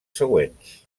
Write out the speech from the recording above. següents